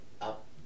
up